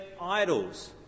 idols